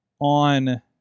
on